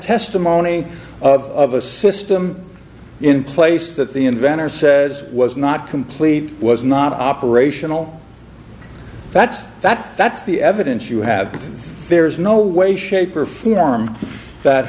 testimony of a system in place that the inventor says was not complete was not operational that's that that's the evidence you have there's no way shape or form that